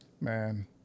man